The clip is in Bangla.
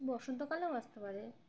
বসন্তকালেও আসতে পারে